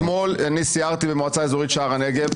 ואתמול אני סיירתי במועצה האזורית שער הנגב.